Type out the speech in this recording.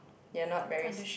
you are not raise